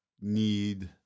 need